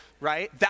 right